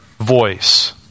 voice